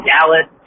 Dallas